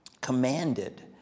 commanded